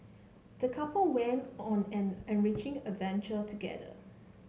the couple went on an enriching adventure together